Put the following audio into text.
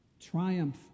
Triumph